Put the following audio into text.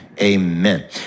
Amen